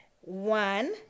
one